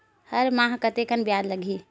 हर माह कतेकन ब्याज लगही?